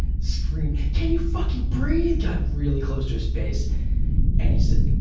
scream, can you fucking breathe! got really close to his face and he said,